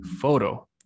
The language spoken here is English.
photo